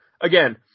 Again